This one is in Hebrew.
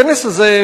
הכנס הזה,